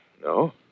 No